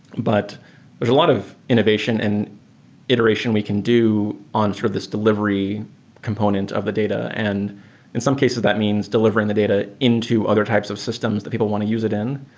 but there's a lot of innovation and iteration we can do on sort of this delivery component of the data. and in some cases, that means delivering the data into other types of systems that people want to use it in.